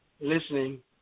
listening